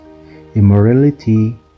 immorality